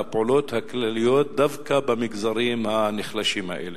הפעולות הכלליות דווקא במגזרים הנחלשים האלה?